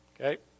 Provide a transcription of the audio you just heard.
Okay